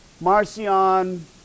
Marcion